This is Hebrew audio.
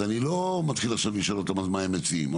אני לא מתחיל עכשיו לשאול אותם מה הם מציעים.